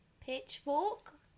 Pitchfork